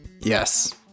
Yes